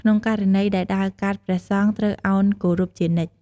ក្នុងករណីដែលដើរកាត់ព្រះសង្ឃត្រូវអោនគោរពជានិច្ច។